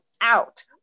out